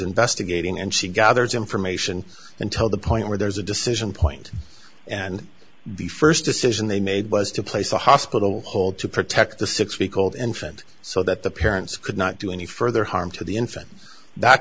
investigating and she gathers information until the point where there's a decision point and the first decision they made was to place the hospital hold to protect the six week old infant so that the parents could not do any further harm to the infant that